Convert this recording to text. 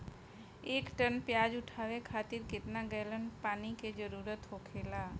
एक टन प्याज उठावे खातिर केतना गैलन पानी के जरूरत होखेला?